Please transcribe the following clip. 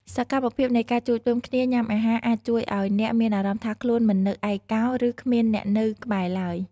សកម្មភាពនៃការជួបជុំគ្នាញ៉ាំអាហារអាចជួយឱ្យអ្នកមានអារម្មណ៍ថាខ្លួនមិននៅឯកោឬគ្មានអ្នកនៅក្បែរឡើយ។